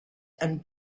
and